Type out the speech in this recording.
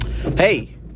Hey